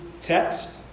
text